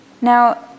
Now